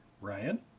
ryan